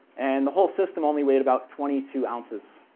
and the whole system only weighed about twenty two ounces.